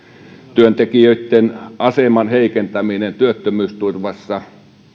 työntekijöitten aseman heikentäminen työttömyysturvassa